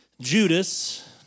Judas